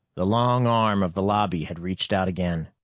the long arm of the lobby had reached out again.